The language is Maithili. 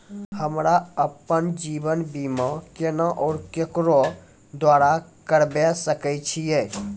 हमरा आपन जीवन बीमा केना और केकरो द्वारा करबै सकै छिये?